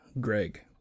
greg